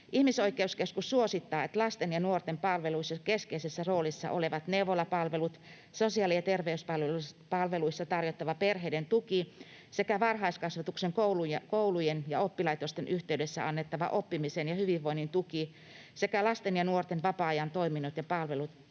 Ihmisoikeuskeskus suosittaa, että lasten ja nuorten palveluissa keskeisessä roolissa olevat neuvolapalvelut, sosiaali‑ ja terveyspalveluissa tarjottava perheiden tuki, varhaiskasvatuksen, koulujen ja oppilaitosten yhteydessä annettava oppimisen ja hyvinvoinnin tuki sekä lasten ja nuorten vapaa-ajan toiminnot ja palvelut